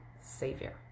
savior